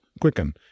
quicken